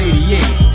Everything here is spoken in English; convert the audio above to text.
88